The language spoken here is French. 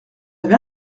avez